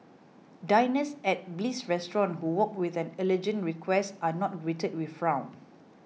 diners at Bliss Restaurant who walk with them allergen requests are not greeted with a frown